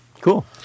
Cool